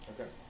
Okay